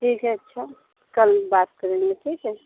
ठीक है अच्छा कल बात कर लेंगे ठीक है